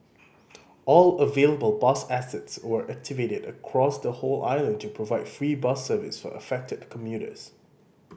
all available bus assets were activated across the whole island to provide free bus service for affected commuters